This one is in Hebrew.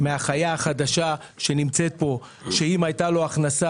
מהחיה החדשה שנמצאת פה: "אם הייתה לו הכנסה